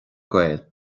gael